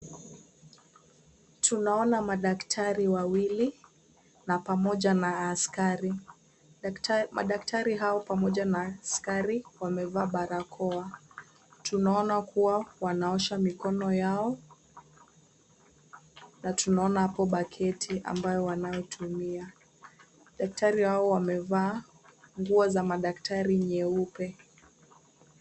Tunaona madaktari wawili na pamoja na askari. Madaktari hao pamoja na askari wamevaa barakoa. Tunaona kuwa wanaoshwa mikono yao na tunaona baketi ambayo wanaotumia. Madaktari hao wamevaa nguo za madaktari nyeupe.